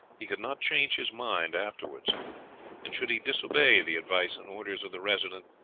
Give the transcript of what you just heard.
he could not change his mind afterwards and should he disobey the advice and orders of the resident,